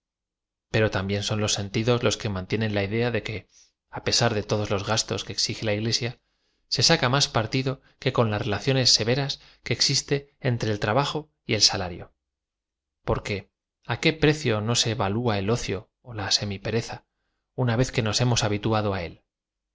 ero también son los sentidos los que mantienen la idea de que á pesar de todos los gastos que exige la iglesia se saca más partido que con las relaciones severas que existen entre e l trabajo y el salario porque á qué precio no se valú a el ocio ó la semípereza una v e z que nos hemos habituado á él